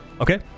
Okay